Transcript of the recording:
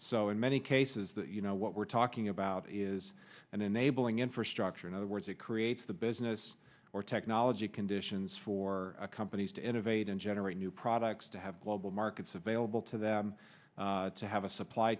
so in many cases that you know what we're talking about is an enabling infrastructure in other words creates the business or technology conditions for companies to innovate and generate new products to have global markets available to them to have a supply